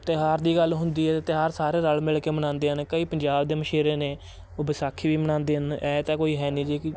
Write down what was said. ਤਿਉਹਾਰ ਦੀ ਗੱਲ ਹੁੰਦੀ ਹੈ ਤਿਉਹਾਰ ਸਾਰੇ ਰਲ ਮਿਲ ਕੇ ਮਨਾਉਂਦੇ ਹਨ ਕਈ ਪੰਜਾਬ ਦੇ ਮਛੇਰੇ ਨੇ ਉਹ ਵਿਸਾਖੀ ਵੀ ਮਨਾਉਂਦੇ ਹਨ ਐਂ ਤਾਂ ਕੋਈ ਹੈ ਨਹੀਂ ਜੀ